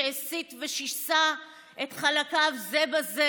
שהסית ושיסה את חלקיו זה בזה,